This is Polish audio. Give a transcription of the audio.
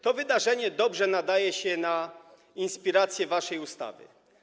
To wydarzenie dobrze nadaje się na inspirację dla waszej ustawy.